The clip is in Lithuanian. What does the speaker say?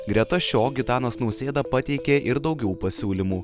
greta šio gitanas nausėda pateikė ir daugiau pasiūlymų